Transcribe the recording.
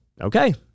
okay